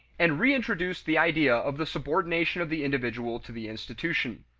and reintroduced the idea of the subordination of the individual to the institution.